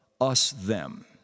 us-them